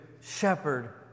shepherd